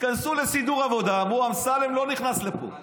נכנסו לסידור עבודה, אמרו, אמסלם לא נכנס לפה.